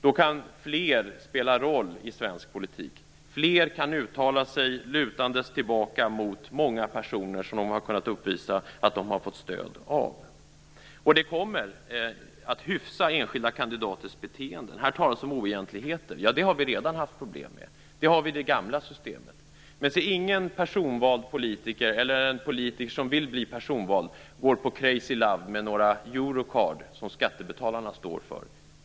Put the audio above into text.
Då kan fler spela roll i svensk politik. Fler kan uttala sig, lutandes sig tillbaka mot de många personer som de har fått stöd av. Det kommer att hyfsa enskilda kandidaters beteende. Här talas om oegentligheter. Det har vi redan haft problem med. Det har vi i det gamla systemet. Men ingen personvald politiker, och ingen politiker som vill bli personvald, går på Crazy Love med några Eurocard som skattebetalarna står för.